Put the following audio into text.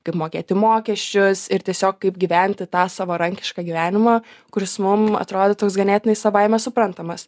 kaip mokėti mokesčius ir tiesiog kaip gyventi tą savarankišką gyvenimą kuris mum atrodo toks ganėtinai savaime suprantamas